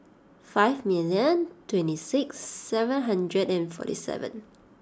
five million twenty six seven hundred and forty seven